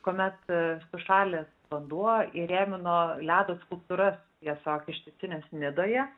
kuomet sušalęs vanduo įrėmino ledo skulptūras tiesiog ištisines nidoje